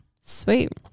Sweet